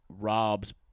Rob's